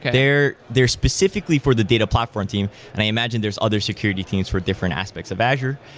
they're they're specifically for the data platform team, and i imagine there's other security things for different aspect of azure,